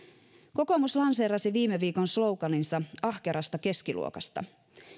kokoomus lanseerasi viime viikon sloganinsa ahkerasta keskiluokasta